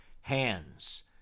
hands